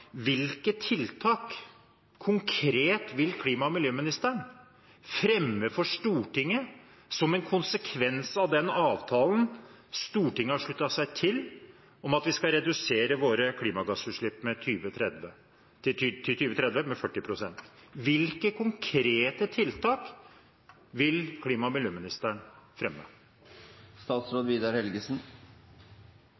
Hvilke konkrete tiltak vil klima- og miljøministeren fremme for Stortinget som en konsekvens av den avtalen Stortinget har sluttet seg til, om at vi skal redusere våre klimagassutslipp innen 2030 med 40 pst.? Hvilke konkrete tiltak vil klima- og miljøministeren